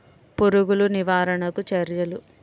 పురుగులు నివారణకు చర్యలు?